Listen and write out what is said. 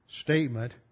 Statement